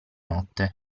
notte